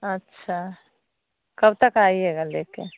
अच्छा कब तक आइएगा लेकर